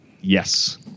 Yes